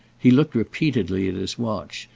he looked repeatedly at his watch,